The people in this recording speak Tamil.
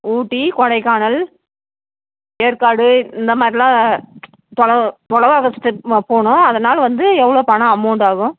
ஊட்டி கொடைக்கானல் ஏற்காடு இந்த மாதிரிலாம் தொலவ் தொலைவா போகணும் அதனால் வந்து எவ்வளோ பணம் அமௌண்ட்டு ஆகும்